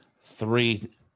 three